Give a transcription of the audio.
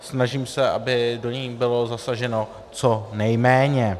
Snažím se, aby do nich bylo zasaženo co nejméně.